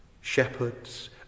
shepherds